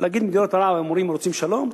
ולהגיד למדינות ערב, הם אומרים רוצים שלום?